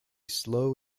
slow